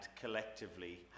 collectively